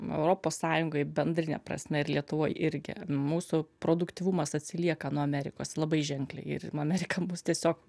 europos sąjungoj bendrine prasme ir lietuvoj irgi mūsų produktyvumas atsilieka nuo amerikos labai ženkliai ir amerika mus tiesiog